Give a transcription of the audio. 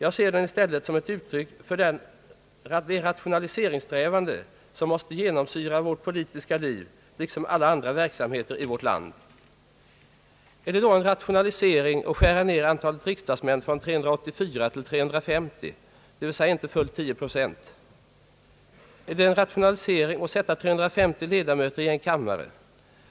Jag ser den i stället som ett uttryck för den rationaliseringssträvan som måste genomsyra vårt politiska liv, liksom alla andra verksamheter i vårt land. Är det då en rationalisering att skära ned antalet riksdagsmän från 384 till 350, dvs. med inte fullt 10 procent? Är det en rationalisering att sätta 350 ledamöter i en kammare?